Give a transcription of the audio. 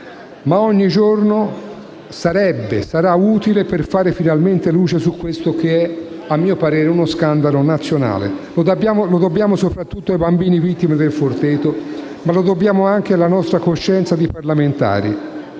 Ogni giorno sarà utile per fare finalmente luce su questo che è, a mio parere, uno scandalo nazionale. Lo dobbiamo soprattutto ai bambini vittime del Forteto, ma lo dobbiamo anche alla nostra coscienza di parlamentari.